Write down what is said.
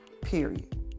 Period